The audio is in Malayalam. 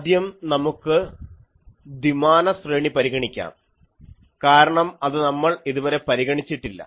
ആദ്യം നമുക്ക് ദ്വിമാന ശ്രേണി പരിഗണിക്കാം കാരണം അത് നമ്മൾ ഇതുവരെ പരിഗണിച്ചിട്ടില്ല